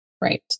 Right